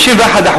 51%,